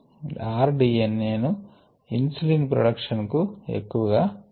Refer Slide Time 5054 rDNA ను insulin production కు ఎక్కువగా వాడతారు